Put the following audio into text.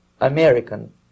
American